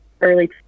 early